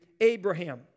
Abraham